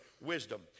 wisdom